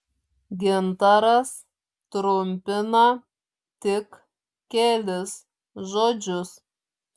gintaras trumpina tik kelis žodžius